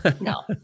No